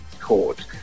court